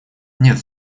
нет